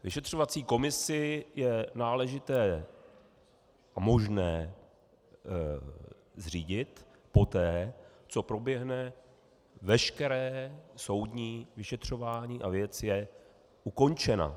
Vyšetřovací komisi je náležité a možné zřídit poté, co proběhne veškeré soudní vyšetřování a věc je ukončena.